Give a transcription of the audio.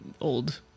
old